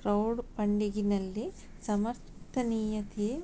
crowd ಫಂಡಿಗಿನಲ್ಲಿ ಸಮರ್ಥನೀಯತೆಯು